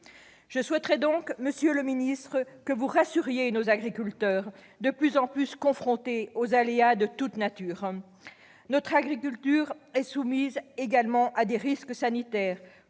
je souhaiterais que vous rassuriez nos agriculteurs, de plus en plus confrontés aux aléas de toute nature. Notre agriculture est soumise également à des risques sanitaires,